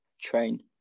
train